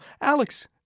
Alex